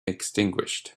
extinguished